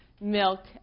milk